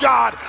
God